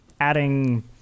adding